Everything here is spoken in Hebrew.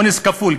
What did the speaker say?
אונס כפול,